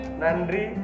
nandri